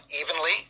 evenly